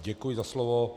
Děkuji za slovo.